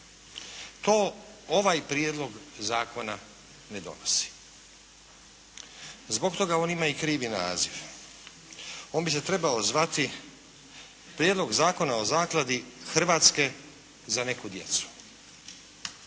To ovaj prijedlog zakona ne donosi. Zbog toga on ima i krivi naziv. On bi se trebao zvati Prijedlog zakona o Zakladi Hrvatske za neku djecu